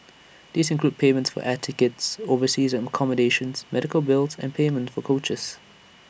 these include payments for air tickets overseas accommodations medical bills and payment for coaches